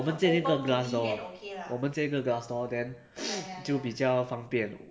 我们建一个 glass door 我们建一个 glass door then 就比较方便